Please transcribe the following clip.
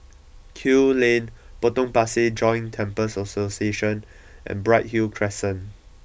Kew Lane Potong Pasir Joint Temples Association and Bright Hill Crescent